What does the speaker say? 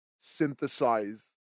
synthesize